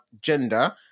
gender